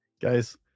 Guys